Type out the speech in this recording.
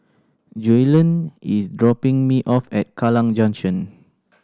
Joellen is dropping me off at Kallang Junction